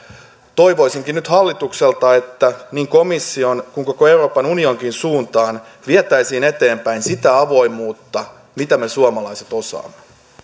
toivoisinkin nyt hallitukselta että niin komission kuin koko euroopan unioninkin suuntaan vietäisiin eteenpäin sitä avoimuutta mitä me suomalaiset osaamme